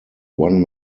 one